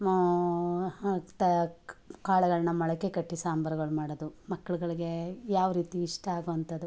ಮತ್ತೆ ಕಾಳುಗಳ್ನ ಮೊಳಕೆ ಕಟ್ಟಿ ಸಾಂಬಾರ್ಗಳು ಮಾಡೋದು ಮಕ್ಕಳುಗಳಿಗೆ ಯಾವ ರೀತಿ ಇಷ್ಟ ಆಗುವಂಥದು